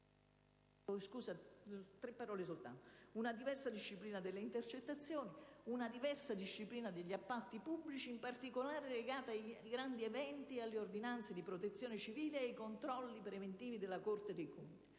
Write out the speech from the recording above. una diversa disciplina delle intercettazioni, una diversa disciplina degli appalti pubblici, legata in particolare ai grandi eventi ed alle ordinanze di Protezione civile ed ai controlli preventivi della Corte dei conti,